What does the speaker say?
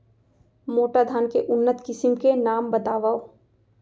मोटा धान के उन्नत किसिम के नाम बतावव?